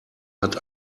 hat